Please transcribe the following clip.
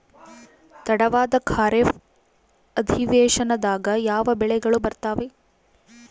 ತಡವಾದ ಖಾರೇಫ್ ಅಧಿವೇಶನದಾಗ ಯಾವ ಬೆಳೆಗಳು ಬರ್ತಾವೆ?